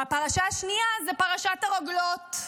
הפרשה השנייה זאת פרשת הרוגלות.